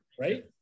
Right